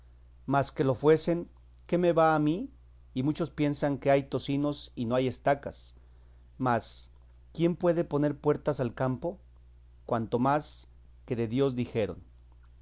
mas que lo fuesen qué me va a mí y muchos piensan que hay tocinos y no hay estacas mas quién puede poner puertas al campo cuanto más que de dios dijeron